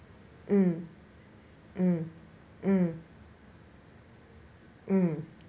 mm mm mm mm